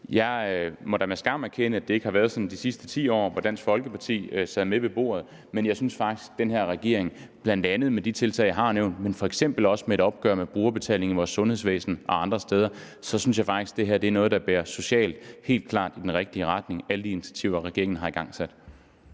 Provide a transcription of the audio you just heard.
Jeg må da med skam erkende, at det ikke har været sådan de sidste 10 år, hvor Dansk Folkeparti sad med ved bordet. Men jeg synes faktisk, at den her regering, bl.a. med de tiltag, jeg har nævnt, men f.eks. også med opgøret med brugerbetaling i sundhedsvæsenet og andre steder, gør noget, der socialt bærer tingene klart i den rigtige retning med alle de initiativer, regeringen har igangsat.